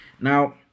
now